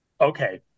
okay